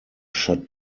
shut